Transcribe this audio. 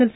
L